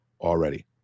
already